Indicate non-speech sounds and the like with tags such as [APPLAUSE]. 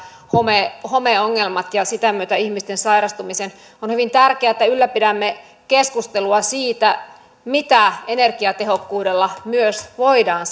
homeongelmat ja sitä myötä ihmisten sairastumisen on hyvin tärkeää että ylläpidämme keskustelua siitä mitä energiatehokkuudella myös voidaan [UNINTELLIGIBLE]